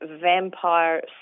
vampire